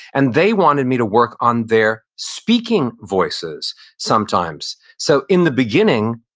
and they wanted me to work on their speaking voices sometimes. so in the beginning,